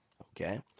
okay